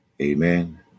Amen